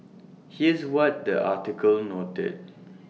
here's what the article noted